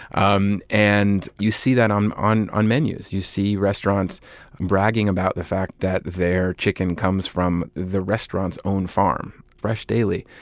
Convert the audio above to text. um and you see that on on menus. you see restaurants bragging about the fact that their chicken comes from the restaurant's own farm, fresh daily,